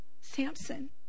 Samson